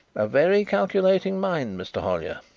a very calculating mind, mr. hollyer.